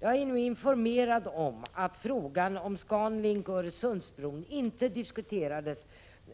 Jag har blivit informerad om att ScanLink och Öresundsbron inte diskuterades